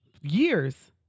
Years